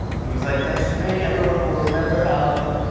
he was like, thanks to me, everyone will remember alamo.